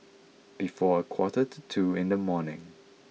before a quarter to two in the morning